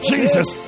Jesus